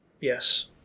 Yes